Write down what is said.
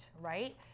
right